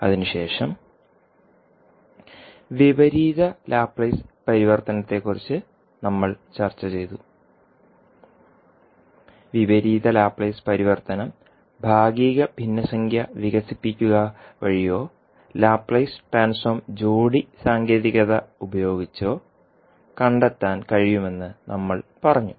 അതിനുശേഷം വിപരീത ലാപ്ലേസ് പരിവർത്തനത്തെക്കുറിച്ച് നമ്മൾ ചർച്ച ചെയ്തു വിപരീത ലാപ്ലേസ് പരിവർത്തനം ഭാഗിക ഭിന്നസംഖ്യ വികസിപ്പിക്കുക വഴിയോ ലാപ്ലേസ് ട്രാൻസ്ഫോം ജോഡി സാങ്കേതികത ഉപയോഗിച്ചോ കണ്ടെത്താൻ കഴിയുമെന്ന് നമ്മൾ പറഞ്ഞു